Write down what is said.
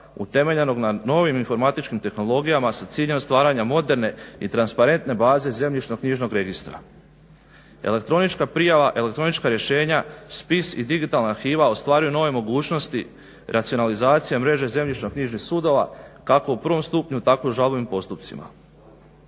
utemeljenog na novim informatičkim tehnologijama sa ciljem stvaranja moderne i transparentne baze zemljišno-knjižnog registra. Elektronička prijava, elektronička rješenja, spis i digitalna arhiva ostvaruju nove mogućnosti racionalizacije mreže zemljišno-knjižnih sudova kako u prvom stupnju tako i u žalbenim postupcima.